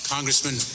Congressman